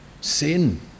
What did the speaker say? sin